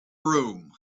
broom